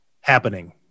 happening